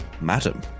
Madam